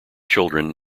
children